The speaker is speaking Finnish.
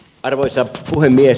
arvoisa puhemies